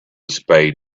spade